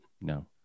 no